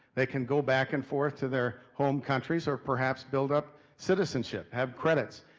they can go back and forth to their home countries or perhaps build up citizenship, have credits.